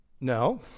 No